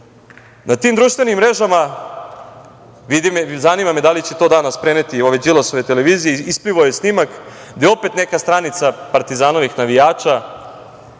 Na tim društvenim mrežama, zanima me da li će to danas preneti ove Đilasove televizije, isplivao je snimak gde opet neka stranica Partizanovih navijača